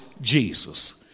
Jesus